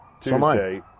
Tuesday